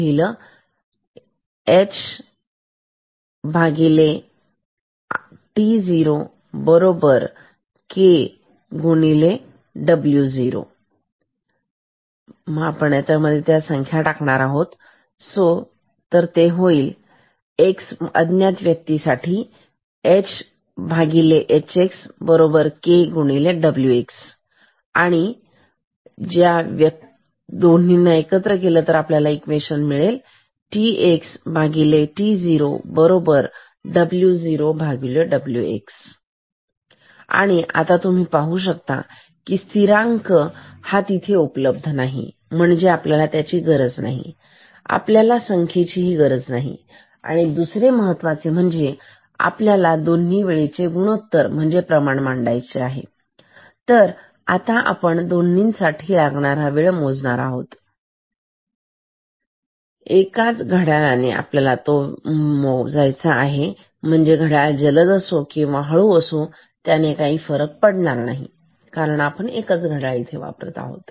ht0 k W0 htx k Wx txt0 W0Wx आणि तुम्ही पाहू शकता स्थिरांक की हा तिथे उपलब्ध नाही म्हणजे त्याची गरज नाही आपल्याला संख्येची गरज लागली नाही आणि दुसरे महत्त्वाचे म्हणजे आपल्याला दोन्ही वेळेचा गुणोत्तर म्हणजे प्रमाण मांडायचे आहे तर आता आपण दोन्ही साठी लागणारा वेळ मोजणार एकाच घड्याळे त्यामुळे घड्याळ जलद असो किंवा हळूहळू त्याने फरक पडणार नाही कारण आपण एकच घड्याळ वापरत आहोत